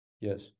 Yes